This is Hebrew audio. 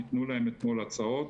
ניתנו להם אתמול הצעות.